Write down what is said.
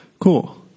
Cool